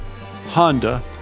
Honda